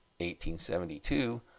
1872